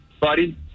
Buddy